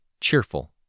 cheerful